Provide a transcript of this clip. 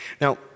Now